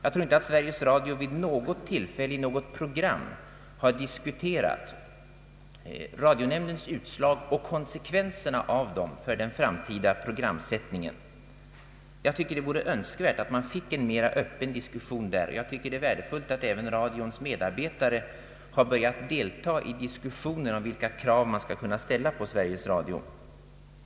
Jag tror inte att Sveriges Radio vid något tillfälle i något program har diskuterat Radionämndens utslag och konsekvenserna av dem för den framtida programsättningen. Det vore önskvärt med en mer öppen diskussion på den punkten. Det är också värdefullt att även radions medarbetare har börjat delta i tidningsdebatten om vilka krav man skall kunna ställa på Sveriges Radios programsättning och redigeringsprinciper.